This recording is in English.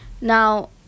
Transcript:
Now